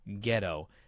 Ghetto